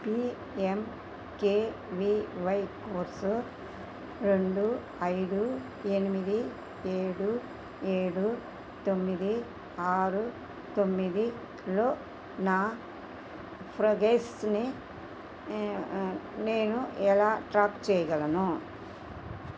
PMKVY course రెండు ఐదు ఎనిమిది ఏడు ఏడు తొమ్మిది ఆరు తొమ్మిదిలో నా ప్రోగ్రెస్ని నే అ నేను ఎలా ట్రాక్ చెయ్యగలను